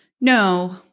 No